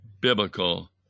biblical